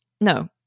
No